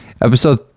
Episode